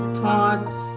thoughts